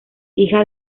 hija